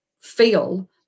feel